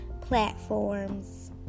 platforms